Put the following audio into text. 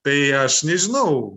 tai aš nežinau